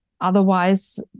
otherwise